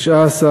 (19),